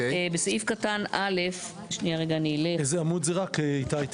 בסעיף קטן (א) --- באיזה עמוד זה, איתי?